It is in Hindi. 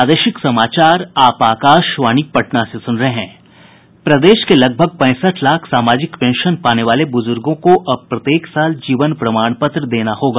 प्रदेश के लगभग पैंसठ लाख सामाजिक पेंशन पाने वाले ब्रजूर्गों को अब प्रत्येक साल जीवन प्रमाण पत्र जमा करना होगा